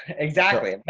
ah exactly. and but